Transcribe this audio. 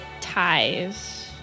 ties